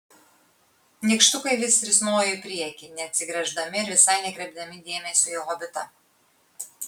nykštukai vis risnojo į priekį neatsigręždami ir visai nekreipdami dėmesio į hobitą